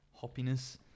hoppiness